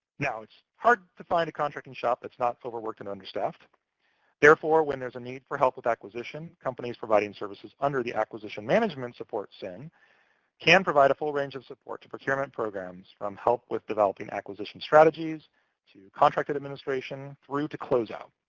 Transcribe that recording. now, it's hard to find a contracting shop that's not overworked and understaffed therefore, when there's a need for help with acquisition, companies providing services under the acquisition management support sin can provide a full range of support to procurement programs from help with developing acquisition strategies to contract administration, through to close-out.